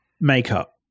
makeup